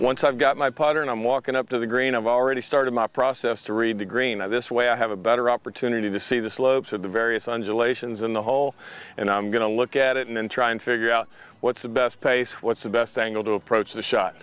once i've got my powder and i'm walking up to the green i've already started my process to read the green on this way i have a better opportunity to see the slopes of the various undulations in the hole and i'm going to look at it and try and figure out what's the best place what's the best angle to approach the shot